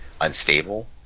unstable